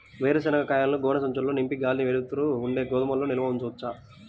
వేరుశనగ కాయలను గోనె సంచుల్లో నింపి గాలి, వెలుతురు ఉండే గోదాముల్లో నిల్వ ఉంచవచ్చా?